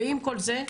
ועם כל זה,